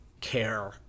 care